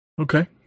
okay